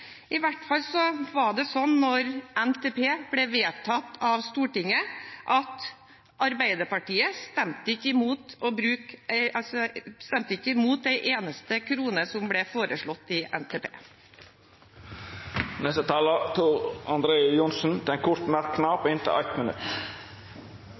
I hvert fall var det slik da NTP ble vedtatt av Stortinget, at Arbeiderpartiet ikke stemte imot en eneste krone som ble foreslått i NTP. Representanten Tor André Johnsen har hatt ordet to gonger tidlegare og får ordet til ein kort